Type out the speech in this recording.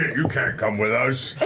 you can't come with us.